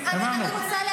הבנו.